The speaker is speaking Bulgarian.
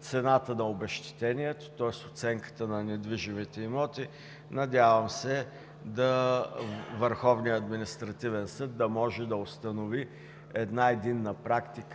цената на обезщетението, тоест оценката на недвижимите имоти. Надявам се Върховният административен съд да може да установи единна практика